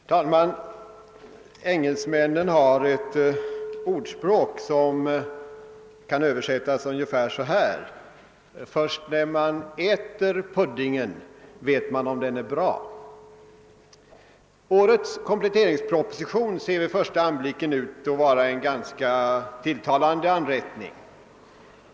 Herr talman! Engelsmännen har ett ordspråk som kan översättas så här: »Först när man äter puddingen vet man hur bra den är.» Årets kompletteringsproposition ser vid första anblicken ut att vara en tilltalande anrättning.